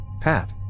Pat